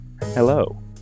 hello